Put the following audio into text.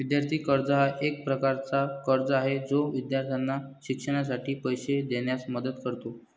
विद्यार्थी कर्ज हा एक प्रकारचा कर्ज आहे जो विद्यार्थ्यांना शिक्षणासाठी पैसे देण्यास मदत करतो